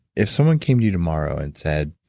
if someone came to you tomorrow and said,